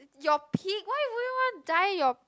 your peak why would you want die your